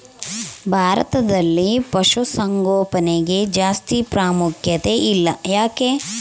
ಭಾರತದಲ್ಲಿ ಪಶುಸಾಂಗೋಪನೆಗೆ ಜಾಸ್ತಿ ಪ್ರಾಮುಖ್ಯತೆ ಇಲ್ಲ ಯಾಕೆ?